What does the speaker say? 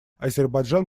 азербайджан